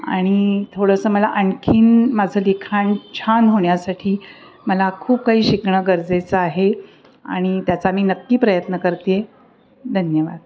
आणि थोडंसं मला आणखीन माझं लिखाण छान होण्यासाठी मला खूप काही शिकणं गरजेचं आहे आणि त्याचा मी नक्की प्रयत्न करते धन्यवाद